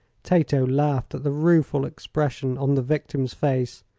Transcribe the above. tato laughed at the rueful expression on the victim's face,